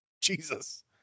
Jesus